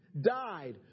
died